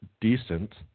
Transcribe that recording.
decent